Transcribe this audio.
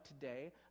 today